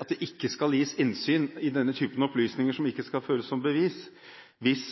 at det ikke skal gis innsyn i denne typen opplysninger som ikke skal føres som bevis, hvis